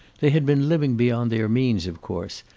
they had been living beyond their means, of course.